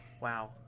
wow